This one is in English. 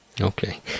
Okay